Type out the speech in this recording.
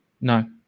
No